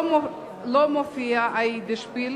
לא מופיע ה"יידישפיל",